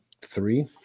three